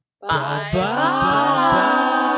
Bye-bye